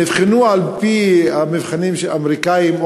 נבחנו על-פי המבחנים האמריקניים,